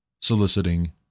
soliciting